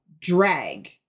drag